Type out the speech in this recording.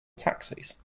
taxes